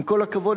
עם כל הכבוד,